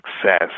success